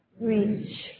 reach